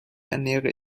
ernähre